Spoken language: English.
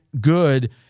good